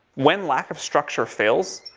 when lack of structure fails,